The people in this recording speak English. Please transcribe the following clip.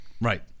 Right